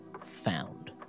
found